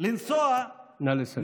נא לסכם.